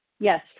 yes